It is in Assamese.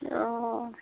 অ'